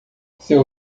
seu